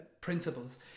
principles